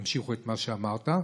שתמשיכו את מה שאמרת.